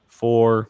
four